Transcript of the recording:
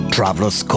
Travelers